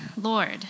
Lord